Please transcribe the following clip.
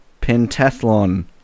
pentathlon